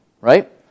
Right